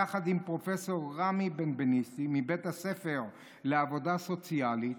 יחד עם פרופ' רמי בנבנישתי מבית הספר לעבודה סוציאלית,